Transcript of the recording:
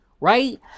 Right